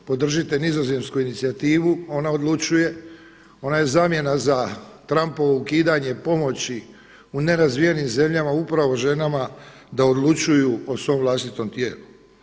Podržite nizozemsku inicijativu, ona odlučuje, ona je zamjena za Trumpovo ukidanje pomoći u nerazvijenim zemljama upravo ženama da odlučuju o svom vlastitom tijelu.